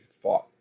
fought